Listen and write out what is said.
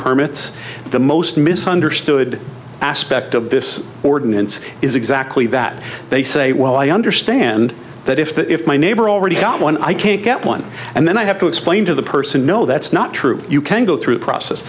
permits the most misunderstood aspect of this ordinance is exactly that they say well i understand that if my neighbor already got one i can't get one and then i have to explain to the person no that's not true you can go through the process